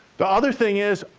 the other thing is,